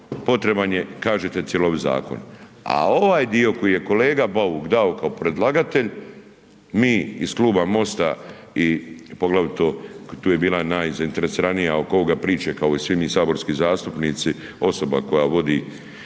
potreban je kažete cjelovit zakon. A ovaj dio koji je kolega Bauk dao kao predlagatelj mi iz Kluba MOST-a i poglavito tu je bila najzainteresiranija ovo ovoga priče kao i svi mi saborski zastupnici, osoba koja vodi